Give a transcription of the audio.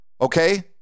Okay